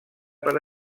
per